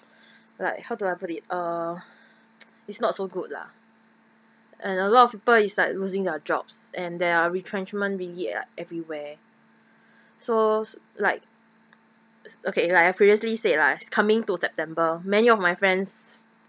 like how do I put it uh it's not so good lah and a lot of people is like losing their jobs and there are retrenchment everywhere so like okay like I previously said lah coming to september many of my friends